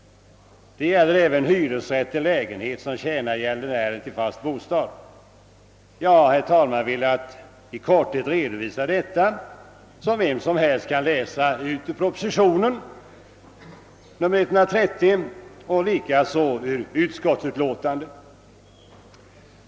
Det gäller även hyresrätt till lägenhet som tjänar gäldenären till fast bostad. Jag har, herr talman, i korthet velat redovisa detta; det står också att läsa i proposition nr 130 och i utskottsutlåtandet.